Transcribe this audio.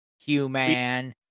human